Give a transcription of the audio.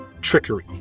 trickery